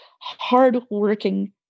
hardworking